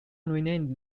renamed